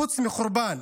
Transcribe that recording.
חוץ מחורבן.